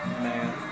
man